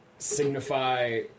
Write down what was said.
signify